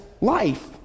life